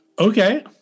Okay